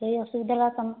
ସେଇ ଅସୁବିଧା ର ସମା